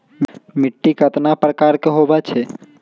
मिट्टी कतना प्रकार के होवैछे?